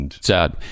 Sad